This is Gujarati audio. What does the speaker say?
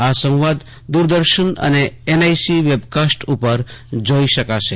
આ સંવાદ આપ દુરદર્શન અને એનઆઇસી વેબકાસ્ટ ઉપર જોઇ શકશો